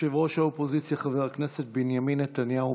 ראש האופוזיציה חבר הכנסת בנימין נתניהו,